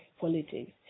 politics